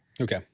Okay